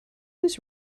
was